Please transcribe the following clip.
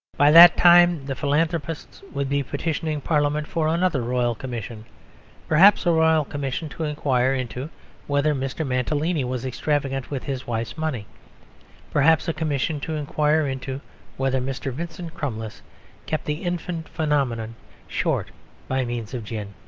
by that time the philanthropists would be petitioning parliament for another royal commission perhaps a royal commission to inquire into whether mr. mantalini was extravagant with his wife's money perhaps a commission to inquire into whether mr. vincent crummles kept the infant phenomenon short by means of gin.